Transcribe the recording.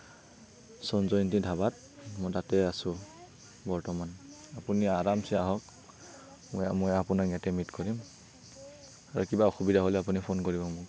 সঞ্জয় ইংতি ধাবাত তাতে আছোঁ বৰ্তমান আপুনি আমাৰছে আহক মই মই আপোনাক ইয়াতে মিট কৰিম কিবা অসুবিধা হ'লে আপুনি ফোন কৰিব মোক